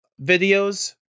videos